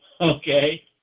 okay